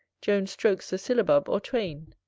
joan strokes a syllabub or twain.